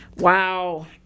Wow